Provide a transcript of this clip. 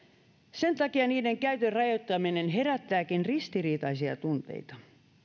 sen takia niiden käytön rajoittaminen herättääkin ristiriitaisia tunteita